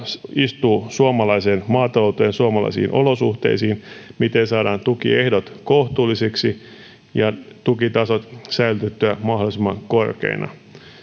se istuu suomalaiseen maatalouteen suomalaisiin olosuhteisiin miten saadaan tukiehdot kohtuullisiksi ja tukitasot säilytettyä mahdollisimman korkeina